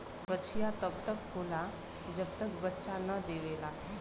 बछिया तब तक होला जब तक बच्चा न देवेला